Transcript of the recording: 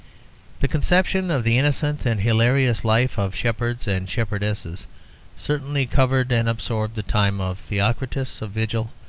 the conception of the innocent and hilarious life of shepherds and shepherdesses certainly covered and absorbed the time of theocritus, of virgil,